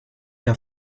der